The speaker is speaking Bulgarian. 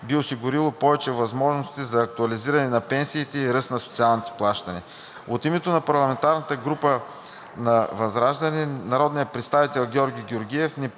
би осигурило повече възможности за актуализиране на пенсиите и ръст на социалните плащания. От името на парламентарната група на ВЪЗРАЖДАНЕ народният представител Георги Георгиев